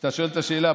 כשאתה שואל את השאלה,